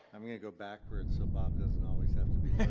i'm going to go backwards so bob doesn't always have to be